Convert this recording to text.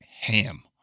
ham